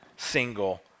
single